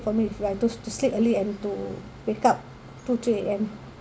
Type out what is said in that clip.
for me if want to to sleep early and to wake up two three A_M